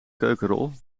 keukenrol